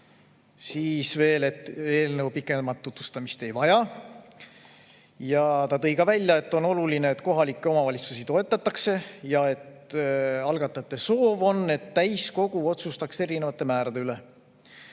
siis veel, et eelnõu pikemat tutvustamist ei vaja. Ta tõi ka välja, et on oluline, et kohalikke omavalitsusi toetatakse, ja et algatajate soov on, et täiskogu otsustaks erinevate määrade üle.